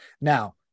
now